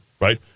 right